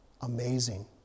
Amazing